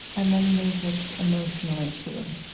and then there's what's emotionally true.